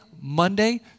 Monday